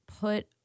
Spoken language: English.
put